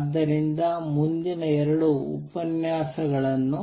ಆದ್ದರಿಂದ ಮುಂದಿನ 2 ಉಪನ್ಯಾಸಗಳನ್ನು